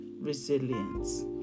resilience